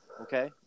Okay